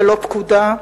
ללא פקודה,